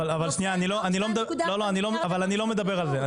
אבל אני לא מדבר על זה,